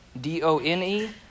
D-O-N-E